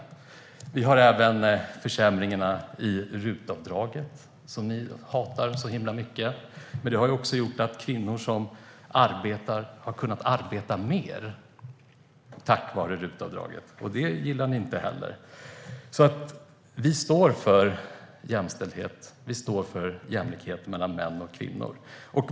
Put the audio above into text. RUT-avdraget som ni hatar så himla mycket vill ni försämra. Men tack vare detta avdrag har kvinnor som arbetar kunnat arbeta mer. Det gillar ni inte heller. Vi står för jämställdhet, och vi står för jämlikhet mellan män och kvinnor.